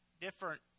different